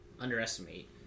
underestimate